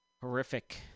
horrific